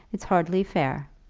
it's hardly fair.